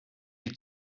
die